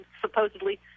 supposedly